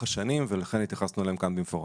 השנים ולכן התייחסנו אליהם כאן במפורש.